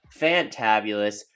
fantabulous